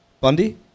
Bundy